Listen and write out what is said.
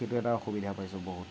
সেইটো এটা অসুবিধা পাইছোঁ বহুত